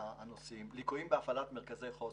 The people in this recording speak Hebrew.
ליקויים בהפעלת מרכזי חוסן: